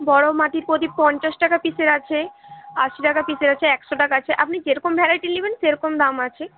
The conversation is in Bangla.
বড় মাটির প্রদীপ পঞ্চাশ টাকা পিসের আছে আশি টাকা পিসের আছে একশো টাকার আছে আপনি যেরকম ভ্যরাইটির নেবেন সেরকম দাম আছে